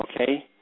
okay